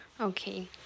Okay